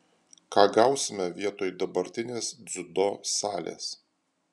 ką gausime vietoj dabartinės dziudo salės